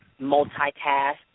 multitask